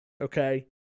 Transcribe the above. okay